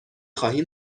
خواهیم